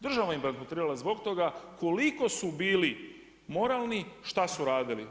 Država im bankrotirala zbog toga koliko su bili moralni, šta su radili.